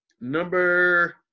Number